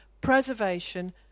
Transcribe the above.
preservation